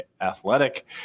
athletic